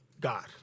God